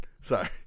Sorry